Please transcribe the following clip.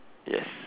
yes